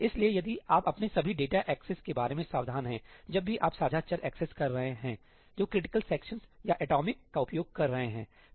इसलिए यदि आप अपने सभी डेटा एक्सेस के बारे में सावधान हैं जब भी आप साझा चर एक्सेस कर रहे हैं जो क्रिटिकल सेक्शंस या एटॉमिक 'atomic' का उपयोग कर रहे हैं सही